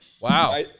Wow